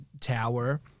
Tower